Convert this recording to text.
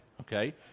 okay